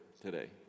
today